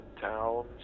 towns